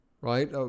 right